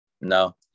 No